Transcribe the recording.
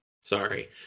Sorry